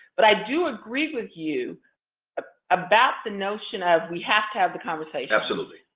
but i do agree with you ah about the notion of we have to have the conversation. absolutely.